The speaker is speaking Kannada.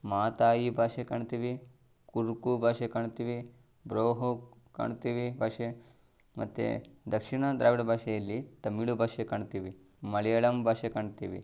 ಮಾತಾಯಿ ಭಾಷೆ ಕಾಣ್ತೀವಿ ಕುರುಖ್ ಭಾಷೆ ಕಾಣ್ತೀವಿ ಬ್ರೋ ಹೋಕ್ ಕಾಣ್ತೀವಿ ಭಾಷೆ ಮತ್ತು ದಕ್ಷಿಣ ದ್ರಾವಿಡ ಭಾಷೆಯಲ್ಲಿ ತಮಿಳ್ ಭಾಷೆ ಕಾಣ್ತೀವಿ ಮಲಯಾಳಂ ಭಾಷೆ ಕಾಣ್ತೀವಿ